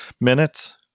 minutes